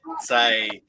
say